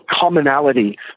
commonality